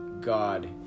God